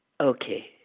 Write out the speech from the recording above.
Okay